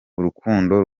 urukundo